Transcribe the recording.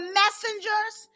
messengers